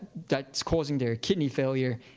that's causing their kidney failure?